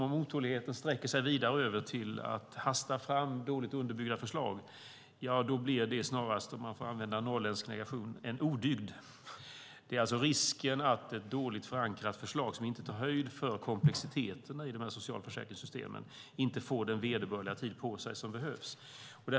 Om otåligheten sträcker sig vidare över till att hasta fram dåligt underbyggda förslag blir det dock snarast, om man får använda en norrländsk negation, en odygd. Risken är att dåligt förankrade förslag som inte tar höjd för komplexiteten i socialförsäkringssystemen inte får den vederbörliga tid på sig som behövs.